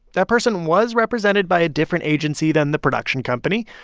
that person was represented by a different agency than the production company,